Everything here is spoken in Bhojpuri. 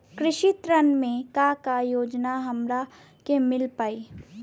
कृषि ऋण मे का का योजना हमरा के मिल पाई?